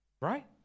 Right